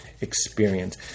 experience